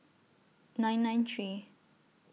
nine nine three